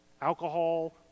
Alcohol